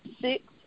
six